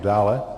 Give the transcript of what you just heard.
Dále.